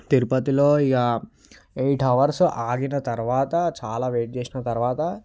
తిరుపతిలో ఇక eight hours ఆగిన తరువాత చాలా వెయిట్ చేసిన తరువాత